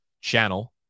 channel